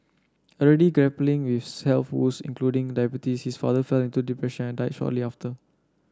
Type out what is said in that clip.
already grappling with health woes including diabetes his father fell into depression and died shortly after